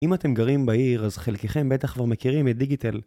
אם אתם גרים בעיר, אז חלקיכם בטח כבר מכירים את דיגיטל.